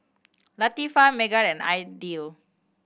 Latifa Megat and Aidil